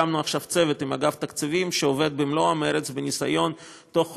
הקמנו עכשיו צוות עם אגף תקציבים שעובד במלוא המרץ בניסיון תוך חודש,